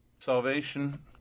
Salvation